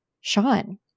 Sean